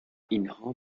اینها